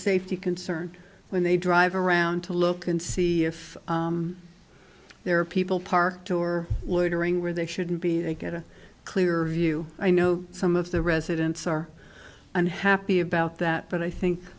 safety concern when they drive around to look and see if there are people parked or woodring where they shouldn't be they get a clear view i know some of the residents are unhappy about that but i think